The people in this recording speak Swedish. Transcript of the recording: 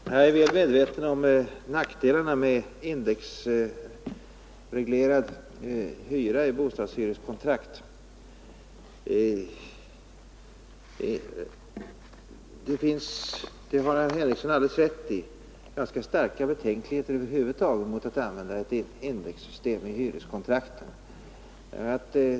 Herr talman! Jag är väl medveten om nackdelarna av indexreglerad hyra i bostadshyreskontrakt. Herr Henrikson har alldeles rätt i att det finns ganska starka betänkligheter över huvud taget mot att använda ett indexsystem i hyreskontrakten.